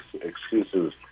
excuses